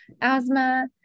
asthma